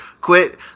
quit